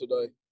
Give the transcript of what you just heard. today